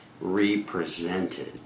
re-presented